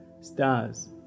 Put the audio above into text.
stars